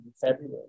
february